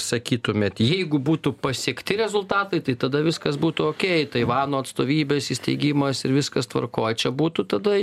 sakytumėt jeigu būtų pasiekti rezultatai tai tada viskas būtų okei taivano atstovybės įsteigimas ir viskas tvarkoj čia būtų tada